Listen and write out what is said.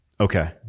Okay